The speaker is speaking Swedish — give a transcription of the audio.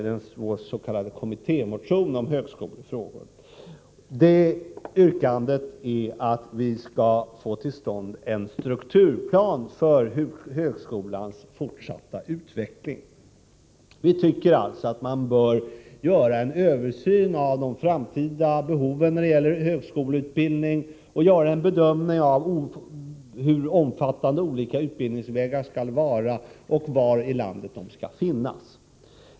Det är en s.k. kommittémotion om högskolefrågor, och yrkandet går ut på att vi skall få till stånd en strukturplan för högskolans fortsatta utveckling. Vi tycker alltså att man bör göra en översyn av de framtida behoven av högskoleutbildning och en bedömning av hur omfattande olika utbildningsvägar skall vara liksom var i landet de skall finnas.